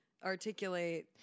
articulate